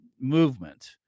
movement